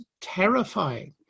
terrifying